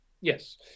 Yes